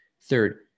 Third